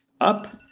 Up